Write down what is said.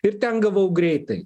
ir ten gavau greitai